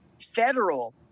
federal